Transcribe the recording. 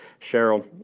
Cheryl